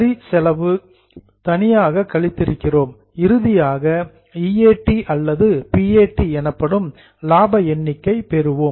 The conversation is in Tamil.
வரி செலவு செப்பரேட்லி தனியாக கழித்திருக்கிறோம் இறுதியாக ஈஏடி அல்லது பிஏடி எனப்படும் லாப எண்ணிக்கை பெறுவோம்